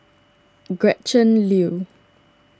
Gretchen Liu